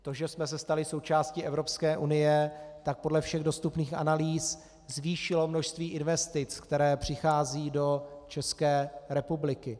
To, že jsme se stali součástí Evropské unie, tak podle všech dostupných analýz zvýšilo množství investic, které přicházejí do České republiky.